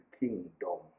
kingdom